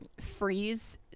freeze